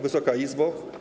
Wysoka Izbo!